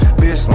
Bitch